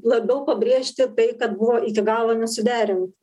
labiau pabrėžti tai kad buvo iki galo nesuderint